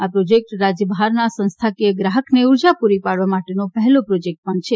આ પ્રોજેક્ટ રાજ્ય બહારના સંસ્થાકીય ગ્રાહકને ઉર્જા પૂરી પાડવા માટેનો પહેલો પ્રોજેક્ટ પણ છે